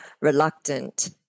reluctant